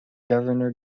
governor